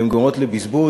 הן גורמות לבזבוז.